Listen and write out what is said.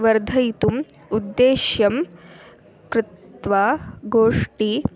वर्धयितुम् उद्देश्यं कृत्वा गोष्ठी